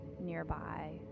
nearby